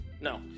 No